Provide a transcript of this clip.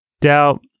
doubt